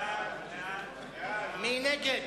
מי נגד?